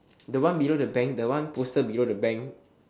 the one below the bank the one poster below the bank